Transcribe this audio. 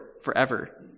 forever